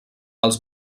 els